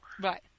Right